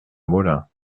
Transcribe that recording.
molain